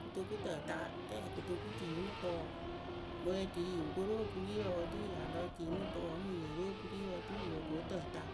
kotoku tǝta rɛ kotoku tiyi mɨ tʊʊ mɨŋ otui yoo ko ru okuri wǝǝ oturu ya lɔ tiyi mɨ tʊʊ wǝ́ mɨŋ yo ru okuri wǝǝ oturu wɨ loh ko tǝta.